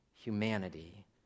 humanity